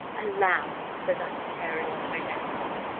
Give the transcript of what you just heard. a lamb! said i, tearing off my neckcloth,